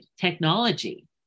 technology